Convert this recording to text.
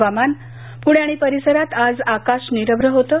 हवामान पुणे आणि परिसरात आज आकाश निरभ्र होतं